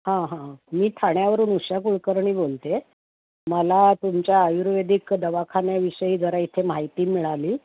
हां हां मी ठाण्यावरून उषा कुळकर्णी बोलते आहे मला तुमच्या आयुर्वेदिक दवाखान्याविषयी जरा इथे माहिती मिळाली